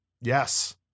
Yes